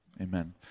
amen